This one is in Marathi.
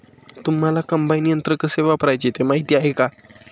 तुम्हांला कम्बाइन यंत्र कसे वापरायचे ते माहीती आहे का?